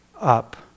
up